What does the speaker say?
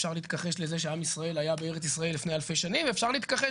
אפשר להתכחש לזה שעם ישראל היה בארץ ישראל לפני אלפי שנים ואפשר להתכחש